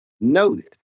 noted